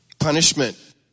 punishment